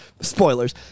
spoilers